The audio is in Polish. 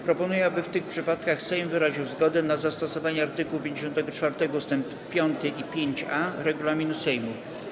Proponuję, aby w tych przypadkach Sejm wyraził zgodę na zastosowanie art. 54 ust. 5 i 5a regulaminu Sejmu.